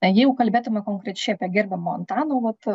jeigu kalbėtume konkrečiai apie gerbiamo antano vat